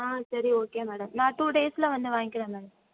ஆ சரி okay madam நான் two டேஸ்சில் வந்து வாங்கிகிறேன் மேம்